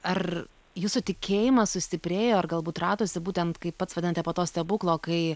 ar jūsų tikėjimas sustiprėjo ar galbūt radosi būtent kaip pats vadinate po to stebuklo kai